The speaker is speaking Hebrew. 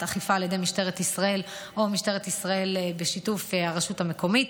אכיפה על ידי משטרת ישראל או משטרת ישראל בשיתוף הרשות המקומית.